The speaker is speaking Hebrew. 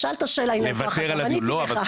שאלת אותי שאלה, עניתי לך.